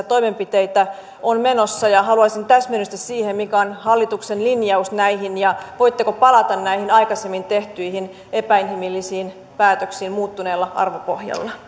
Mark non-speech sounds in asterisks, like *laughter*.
*unintelligible* toimenpiteitä on menossa ja haluaisin täsmennystä siihen mikä on hallituksen linjaus näihin voitteko palata näihin aikaisemmin tehtyihin epäinhimillisiin päätöksiin muuttuneella arvopohjalla